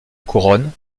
couronne